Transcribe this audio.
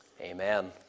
Amen